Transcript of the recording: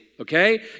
Okay